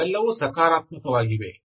ಅವೆಲ್ಲವೂ ಸಕಾರಾತ್ಮಕವಾಗಿವೆ